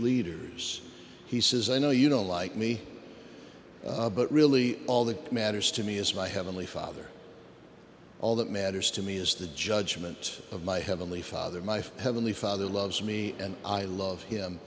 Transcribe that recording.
leaders he says i know you know like me but really all that matters to me is my heavenly father all that matters to me is the judgment of my heavenly father my for heavenly father loves me and i love him